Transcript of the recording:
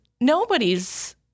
nobody's